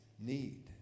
need